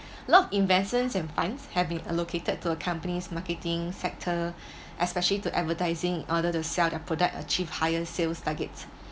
lot of investments and funds have been allocated to a companies' marketing sector especially to advertising in order to sell their product achieve higher sales targets